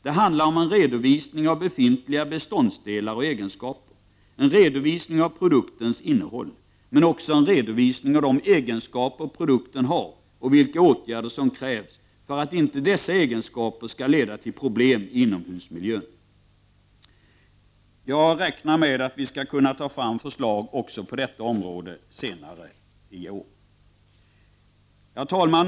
Det handlar om en redovisning av befintliga beståndsdelar och egenskaper samt en redovisning av produktens innehåll. Men det är också fråga om en redovisning av de egenskaper produkten har och vilka åtgärder som krävs för att inte dessa egenskaper skall leda till problem i inomhusmiljön. Jag räknar med att vi senare i år skall kunna ta fram förslag också på detta område. Herr talman!